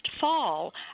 fall